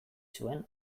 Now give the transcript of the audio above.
zuen